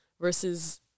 versus